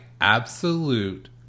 absolute